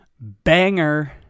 banger